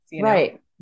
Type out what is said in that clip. right